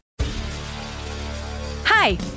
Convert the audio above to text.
Hi